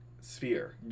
sphere